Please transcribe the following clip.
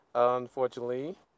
Unfortunately